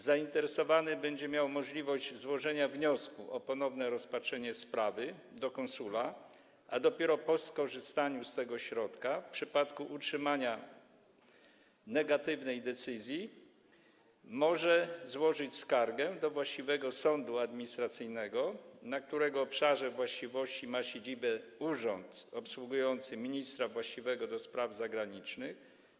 Zainteresowany będzie miał możliwość złożenia wniosku o ponowne rozpatrzenie sprawy do konsula, a dopiero po skorzystaniu z tego środka w przypadku utrzymania negatywnej decyzji będzie mógł złożyć skargę do właściwego sądu administracyjnego, na którego obszarze właściwości ma siedzibę urząd obsługujący ministra właściwego do spraw zagranicznych.